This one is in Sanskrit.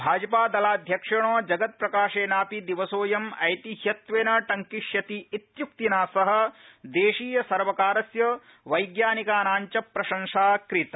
भाजपादलाध्यक्षेण जगत्प्रकाशेनापि दिवसोदयं ऐतिह्यत्वेन टंकिष्यति इत्य्क्तिना सह देशीयसर्वकारस्य वैज्ञानिकानां च प्रशंसा कृता